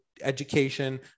education